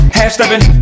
half-stepping